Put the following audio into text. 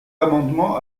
amendement